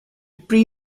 pre